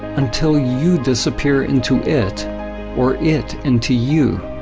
until you disappear into it or it into you.